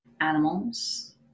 animals